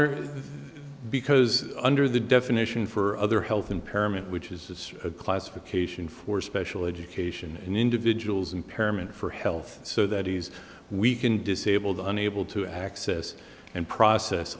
honor because under the definition for other health impairment which is a classification for special education an individual's impairment for health so that these we can disable the nabl to access and process